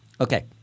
okay